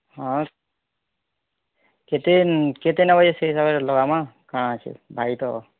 ହଁ କେତେ ନୁ କେତେ ନବ ସେ ହିସାବେ ଲଗାମା କାଣ ଅଛି ଭାଇ ତ